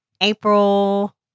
April